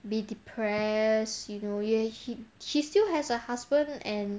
be depress you know ya she she still has a husband and